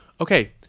okay